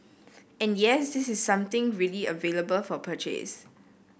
and yes this is something really available for purchase